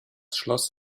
schloss